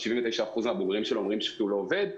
ש-79% הבוגרים שלו אומרים שהוא לא עובד.